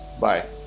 bye